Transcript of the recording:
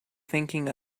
thinking